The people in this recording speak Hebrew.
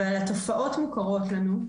אבל התופעות מוכרות לנו.